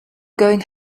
going